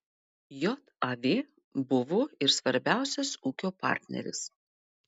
jav buvo ir svarbiausias ūkio partneris